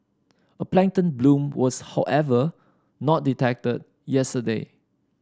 a plankton bloom was however not detected yesterday